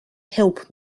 help